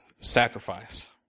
sacrifice